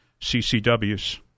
CCWs